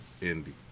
Indy